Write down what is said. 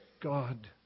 God